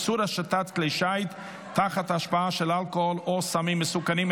(איסור השטת כלי שיט תחת השפעה של אלכוהול או סמים מסוכנים),